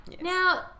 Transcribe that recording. Now